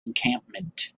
encampment